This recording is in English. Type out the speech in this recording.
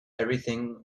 everything